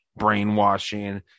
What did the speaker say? brainwashing